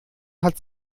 hat